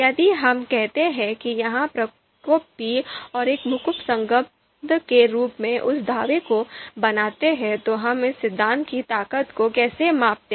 यदि हम कहते हैं कि एक प्रकोप b और एक मुखर संबंध के रूप में उस दावे को बनाते हैं तो हम इस सिद्धांत की ताकत को कैसे मापते हैं